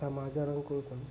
సమాచారం కోసం